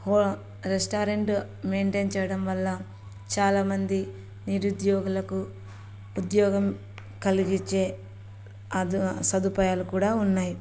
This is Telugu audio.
హో రెస్టారెంట్ మెయింటైన్ చేయడం వల్ల చాలామంది నిరుద్యోగులకు ఉద్యోగం కలిగించే అదు సదుపాయాలు కూడా ఉన్నాయి